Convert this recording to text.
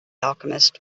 alchemist